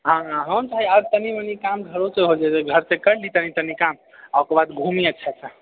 हाँ हाँ हम तऽ आब तनि मनि काम घरोसँ होइ जेतै घरसँ करली तनि तनि काम आ ओकऽ बाद घूमी अच्छासँ